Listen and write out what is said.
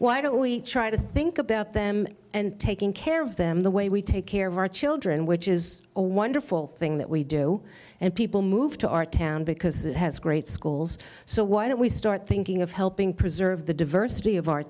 why don't we try to think about them and taking care of them the way we take care of our children which is a wonderful thing that we do and people move to our town because it has great schools so why don't we start thinking of helping preserve the diversity of our